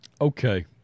Okay